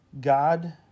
God